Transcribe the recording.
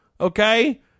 Okay